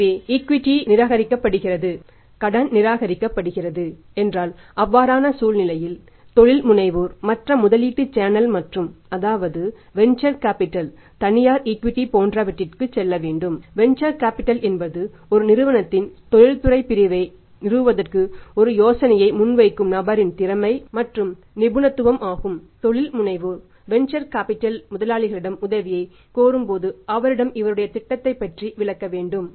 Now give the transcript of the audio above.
எனவே ஈக்விட்டி நிராகரிக்கப் படுகிறது கடன் நிராகரிக்கப் படுகிறது என்றால் அவ்வாறான சூழ்நிலையில் தொழில் முனைவோர் மற்ற முதலீட்டுச் சேனல் மற்றும் அதாவது வேந்சர் கேபிடல் முதலாளிகளிடம் உதவியை கோரும்போது அவரிடம் இவருடைய திட்டத்தைப் பற்றி விளக்க வேண்டும்